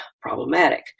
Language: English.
problematic